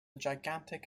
gigantic